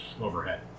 overhead